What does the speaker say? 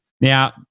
Now